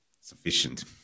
sufficient